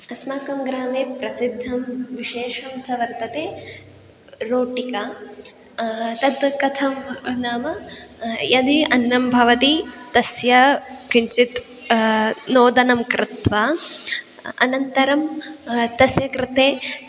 अस्माकं ग्रामे प्रसिद्धं विशेषं च वर्तते रोटिका तत्कथं नाम यदि अन्नं भवति तस्य किञ्चित् नोदनं कृत्वा अनन्तरं तस्य कृते